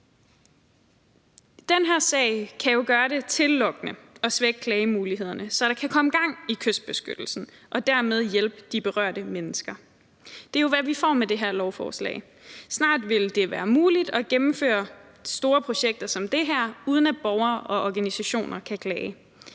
Den her sag kan jo gøre det tillokkende at svække klagemulighederne, så der kan komme gang i kystbeskyttelsen og dermed hjælp til de berørte mennesker. Det er jo, hvad vi får med det her lovforslag. Snart vil det være muligt at gennemføre store projekter som det her, uden at borgere og organisationer kan klage.